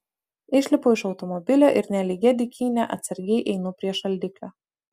išlipu iš automobilio ir nelygia dykyne atsargiai einu prie šaldiklio